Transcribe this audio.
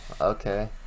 Okay